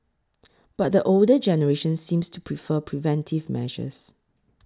but the older generation seems to prefer preventive measures